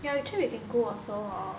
ya actually we can go also hor